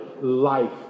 life